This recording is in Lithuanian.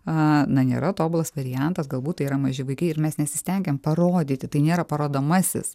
a na nėra tobulas variantas galbūt tai yra maži vaikai ir mes nesistengiam parodyti tai nėra parodomasis